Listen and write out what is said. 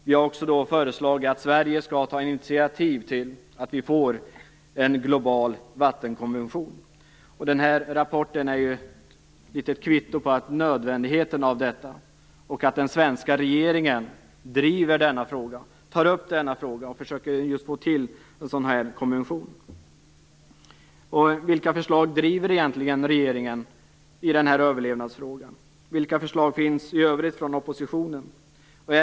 Vi har också föreslagit att Sverige skall ta initiativ till att vi får en global vattenkonvention. Den här rapporten är ett kvitto på nödvändigheten av detta och av att den svenska regeringen driver denna fråga och försöker få till en sådan konvention. Vilka förslag driver egentligen regeringen i denna överlevnadsfråga? Vilka förslag finns i övrigt från oppositionen?